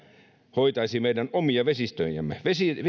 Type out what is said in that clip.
hoitaisi meidän omia vesistöjämme